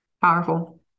Powerful